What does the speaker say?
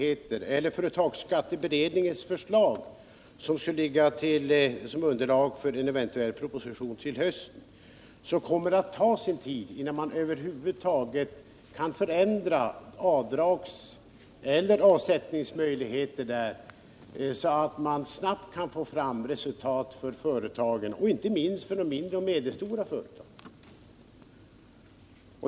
Företagsskatteberedningens förslag skulle ligga som underlag för en eventuell proposition till hösten. Men det kommer att ta sin tid innan avdragseller avsättningsmöjligheterna kan förändras så att det ger resultat för företagen, inte minst de mindre och medelstora.